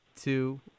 two